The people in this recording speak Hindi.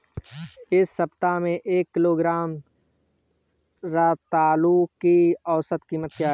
इस सप्ताह में एक किलोग्राम रतालू की औसत कीमत क्या है?